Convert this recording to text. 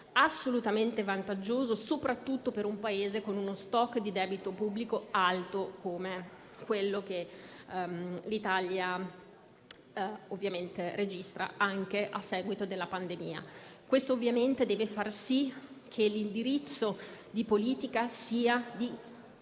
assolutamente vantaggioso, soprattutto per un Paese con uno *stock* di debito pubblico alto come quello che l'Italia registra anche a seguito della pandemia. Questo ovviamente deve far sì che l'indirizzo di politica sia